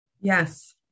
Yes